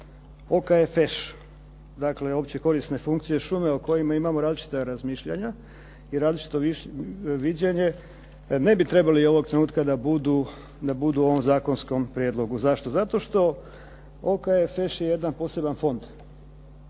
da OKFŠ, dakle opće korisne funkcije šume o kojima imamo različita razmišljanja i različito viđenje, ne bi trebalo ovog trenutka da budu u ovom zakonskom prijedlogu. Zašto? Zato što OKFŠ je jedna poseban fond